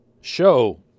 show